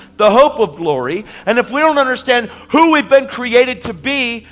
the hope of glory. and if we don't understand who we've been created to be,